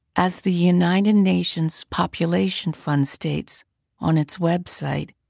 as the united nations population fund states on its website,